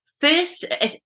first